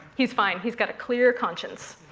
he's fine. he's got a clear conscience.